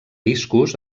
discos